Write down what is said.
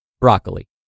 broccoli